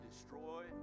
destroy